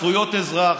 זכויות אזרח,